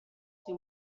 sui